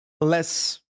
less